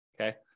okay